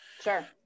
Sure